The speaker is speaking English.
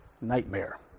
nightmare